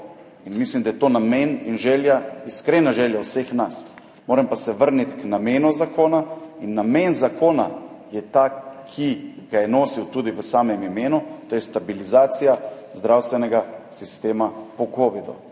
mislim, da je to namen in želja, iskrena želja vseh nas. Moram pa se vrniti k namenu zakona. Namen zakona je tak, kot ga je nosil tudi v samem imenu, to je stabilizacija zdravstvenega sistema po covidu.